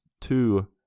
two